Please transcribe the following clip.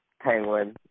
Penguin